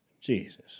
Jesus